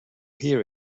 hear